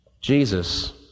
Jesus